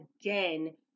again